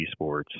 eSports